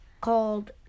called